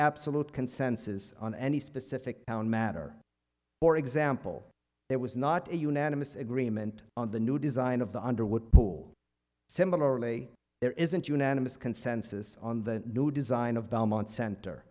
absolute consensus on any specific town matter for example there was not a unanimous agreement on the new design of the underwood pool similarly there isn't unanimous consensus on the new design of belmont cent